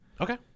Okay